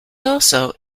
also